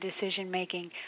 decision-making